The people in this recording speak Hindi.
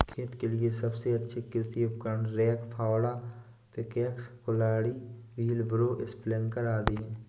खेत के लिए सबसे अच्छे कृषि उपकरण, रेक, फावड़ा, पिकैक्स, कुल्हाड़ी, व्हीलब्रो, स्प्रिंकलर आदि है